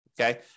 Okay